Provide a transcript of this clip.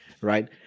right